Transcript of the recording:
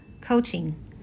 coaching